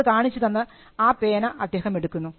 അത് കാണിച്ചു തന്ന് ആ പേന അദ്ദേഹം എടുക്കുന്നു